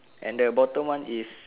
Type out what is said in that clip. and the bottom one is